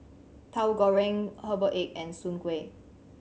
Tahu Goreng herbal egg and Soon Kueh